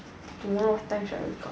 you know what pen should I got